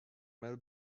mel